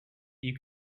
you